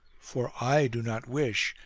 for i do not wish,